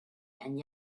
and